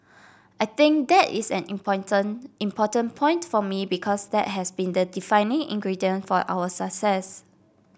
I think that is an important point for me because that has been the defining ingredient for our success